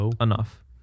enough